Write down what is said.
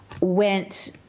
went